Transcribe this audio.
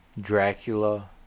Dracula